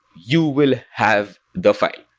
you will have the file.